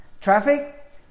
traffic